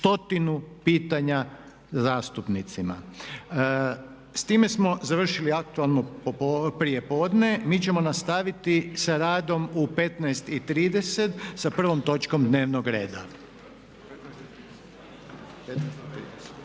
pitanja zastupnicima. S time smo završili aktualno prijepodne. Mi ćemo nastaviti sa radom u 15,30 sa prvom točkom dnevnog reda.